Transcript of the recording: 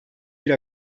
bir